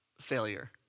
failure